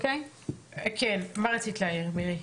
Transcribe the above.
מה רצית להעיר, מירי?